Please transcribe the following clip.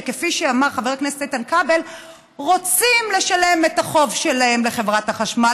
כפי שאמר חבר הכנסת איתן כבל רוצות לשלם את החוב שלהן לחברת החשמל,